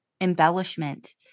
embellishment